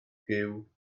gyw